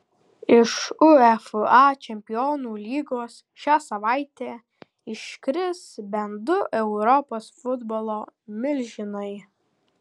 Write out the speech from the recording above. iš uefa čempionų lygos šią savaitę iškris bent du europos futbolo milžinai